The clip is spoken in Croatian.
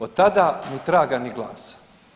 Od tada ni traga ni glasa.